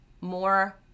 more